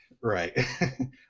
Right